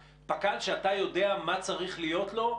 אתה מחזיק פק"ל שאתה יודע מה צריך להיות לו,